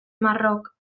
marroc